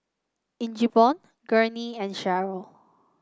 Ingeborg Gurney and Cheryll